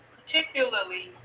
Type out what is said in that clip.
particularly